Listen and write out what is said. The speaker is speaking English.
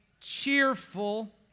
cheerful